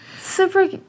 Super